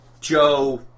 Joe